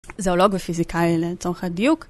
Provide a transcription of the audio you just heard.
זואולוג ופיזיקאי לצורך הדיוק.